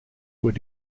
were